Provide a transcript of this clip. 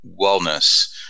Wellness